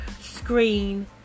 screen